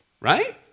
right